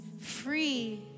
free